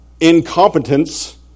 incompetence